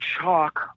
chalk